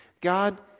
God